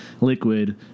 liquid